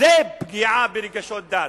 זו פגיעה ברגשות דת.